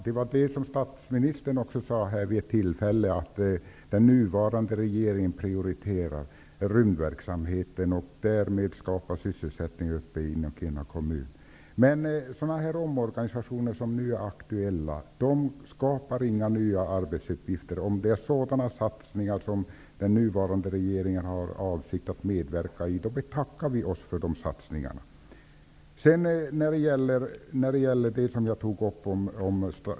Herr talman! Det var så statsministern också sade vid ett tillfälle, att den nuvarande regeringen prioriterar rymdverksamheten och att sysselsättning därmed skapas i Kiruna kommun. Men sådana omorganisationer som den nu aktuella skapar inga nya arbetsuppgifter. Om det är sådana satsningar som den nuvarande regeringen har för avsikt att medverka till, betackar vi oss för de satsningarna.